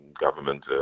government